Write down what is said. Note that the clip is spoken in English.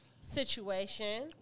situation